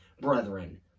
brethren